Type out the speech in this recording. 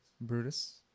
Brutus